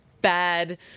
bad